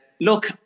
look